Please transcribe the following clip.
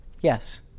yes